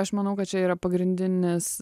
aš manau kad čia yra pagrindinis